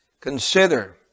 Consider